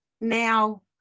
now